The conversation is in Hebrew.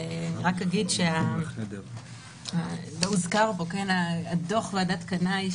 אני רק אגיד שלא הוזכר פה דוח ועדת קנאי,